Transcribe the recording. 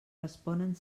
responen